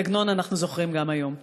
את עגנון אנחנו זוכרים גם היום.